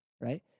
Right